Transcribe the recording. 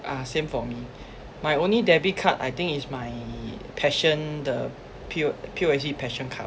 ah same for me my only debit card I think is my passion the P_O P_O_S_B passion card